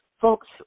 folks